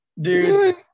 dude